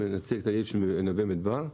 נציג של נווה מדבר?